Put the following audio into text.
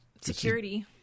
Security